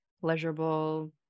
pleasurable